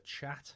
chat